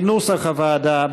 כנוסח הוועדה,